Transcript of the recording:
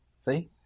See